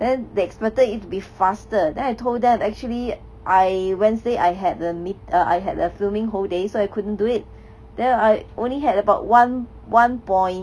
then they expected it to be faster then I told them actually I wednesday I had a meet err I had a filming whole day so I couldn't do it then I only had about one one point